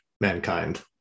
mankind